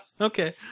Okay